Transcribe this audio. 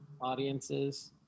audiences